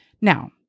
Now